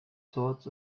sorts